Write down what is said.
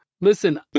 Listen